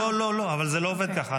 לא, אבל זה לא עובד ככה.